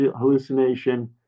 hallucination